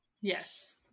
Yes